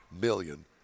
million